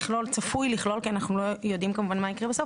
צפוי לכלול אנחנו כמובן לא יודעים מה יקרה בסוף